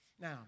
Now